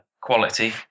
quality